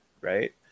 right